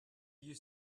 you